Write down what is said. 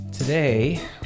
Today